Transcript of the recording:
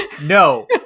no